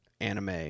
anime